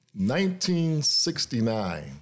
1969